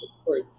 support